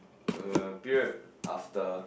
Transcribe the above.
uh period after